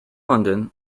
london